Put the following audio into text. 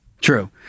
True